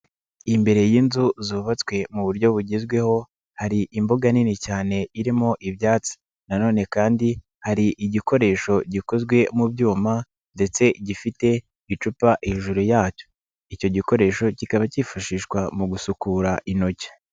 Imbere y'inzu zubatswe mu buryo bugezweho hari imbuga nini cyane irimo ibyatsi nanone kandi hari igikoresho gikozwe mu byuma ndetse gifite icupa hejuru yacyo, icyo gikoresho kikaba kifashishwa mu gusukura intoki.